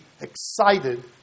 excited